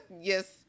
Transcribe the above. yes